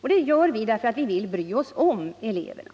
Vårt förslag grundas på att vi bryr oss om eleverna.